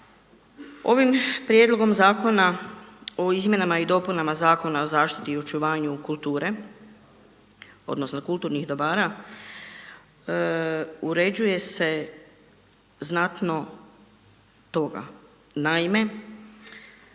Ovim prijedlogom zakona o Izmjenama i dopunama Zakona o zaštiti i očuvanju kulture odnosno kulturnih dobara uređuje se znatno toga. Naime,